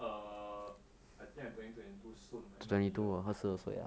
err I think I turning twenty two soon at the end of the year